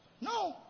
No